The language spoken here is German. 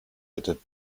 bitte